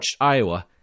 iowa